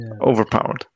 Overpowered